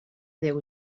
déu